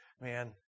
Man